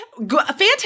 fantastic